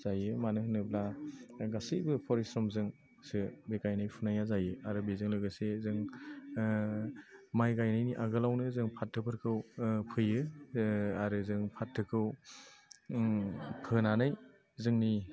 जायो मानो होनोब्ला गासैबो फरिस्रमजोंसो बे गायनाय फुनाया जायो आरो बेजों लोगोसे जों माइ गायनायनि आगोलआवनो जों फाथोफोरखौ फोयो आरो जों फाथोखौ फोनानै जोंनि